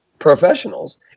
professionals